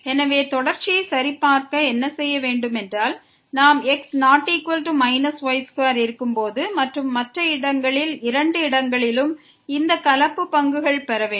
எனவே தொடர்ச்சியை சரிபார்க்க என்ன செய்ய வேண்டும் என்றால் நாம் x≠ y2 இருக்கும் போது மற்றும் மற்ற இரண்டு இடங்களிலும் இந்த கலப்பு பங்குகளை பெற வேண்டும்